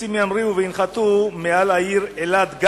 ומטוסים ימריאו וינחתו גם מעל העיר אלעד,